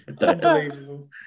Unbelievable